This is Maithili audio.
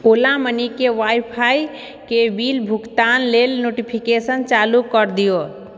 ओला मनीके वाइफाइके बिल भुगतान लेल नोटिफिकेशन चालू कऽ दिऔ